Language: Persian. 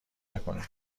نکنی